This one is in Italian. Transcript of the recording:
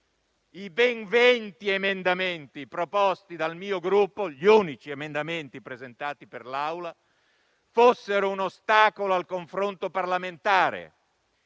i ben 20 emendamenti proposti dal mio Gruppo, gli unici emendamenti presentati per l'Aula, fossero un ostacolo al confronto parlamentare.